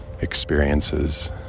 experiences